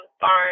barn